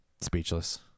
speechless